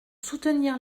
soutenir